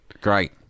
Great